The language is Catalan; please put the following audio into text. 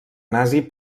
nazi